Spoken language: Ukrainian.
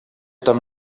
там